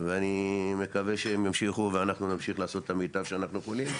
ואני מקווה שהם ימשיכו ואנחנו נמשיך לעשות את המיטב שאנחנו יכולים,